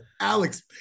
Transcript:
Alex